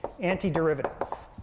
antiderivatives